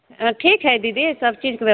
ऐं ठीक हइ दिदी सब चीजके बे